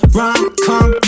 rom-com